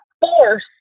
force